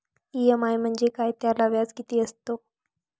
EMI म्हणजे काय? त्याला व्याज किती असतो?